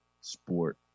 sport